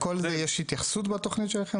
לכל זה יש התייחסות לתכנית שלכם,